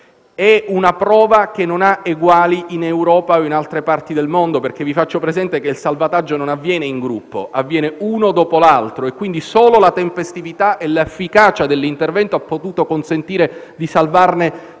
è una prova che non ha eguali in Europa o in altre parti del mondo. Vi faccio presente che il salvataggio non avviene in gruppo, ma una persona dopo l'altra e, quindi, solo la tempestività e l'efficacia dell'intervento hanno potuto consentire di salvare più